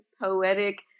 poetic